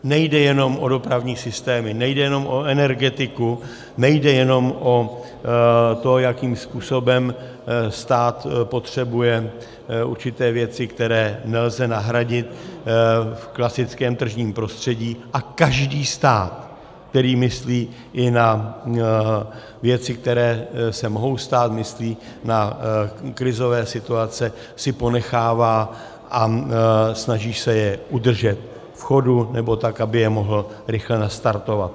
Nejde jenom o dopravní systémy, nejde jenom o energetiku, nejde jenom o to, jakým způsobem stát potřebuje určité věci, které nelze nahradit v klasickém tržním prostředí, a každý stát, který myslí i na věci, které se mohou stát, myslí na krizové situace, si ponechává a snaží se je udržet v chodu nebo tak, aby je mohl rychle nastartovat.